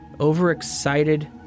overexcited